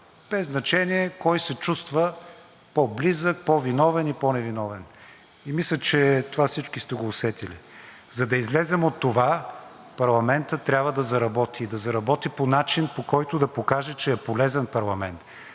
без значение кой се чувства по-близък, по-виновен и по-невиновен, и мисля, че това всички сте го усетили. За да излезем от това, парламентът трябва да заработи и да заработи по начин, по който да покаже, че е полезен парламент.